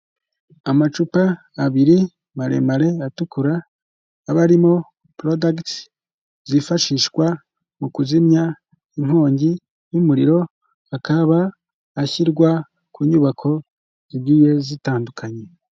Amacupa abiri, maremare, atukura, aba arimo porodagitsi zifashishwa mu kuzimya inkongi y'umuriro, akaba ashyirwa ku nyubako zigiye zitandukanye.